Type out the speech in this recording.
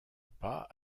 pas